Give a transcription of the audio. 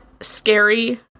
scary